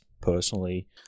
personally